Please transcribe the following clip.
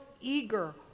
eager